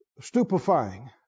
stupefying